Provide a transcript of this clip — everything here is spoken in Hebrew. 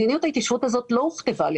מדיניות ההתיישבות הזאת לא הוכתבה על